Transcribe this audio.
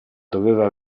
doveva